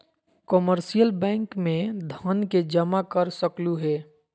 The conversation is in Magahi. कमर्शियल बैंक में धन के जमा कर सकलु हें